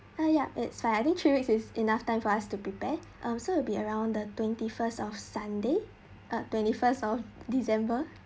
ah ya it's by adding three weeks is enough time for us to prepare mm so it'll be around the twenty first of sunday ah twenty first of december